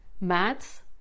maths